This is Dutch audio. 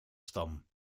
stam